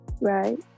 right